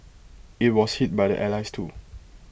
IT was hit by the allies too